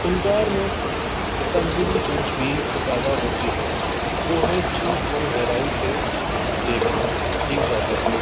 فنکار میں تنگڑی سوچ بھی پیدا ہوتی ہے وہ ہر چیز کو گہرائی سے دیکھنا سیکھ جاتا ہے